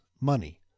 money